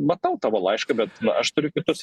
matau tavo laišką bet aš turiu kitus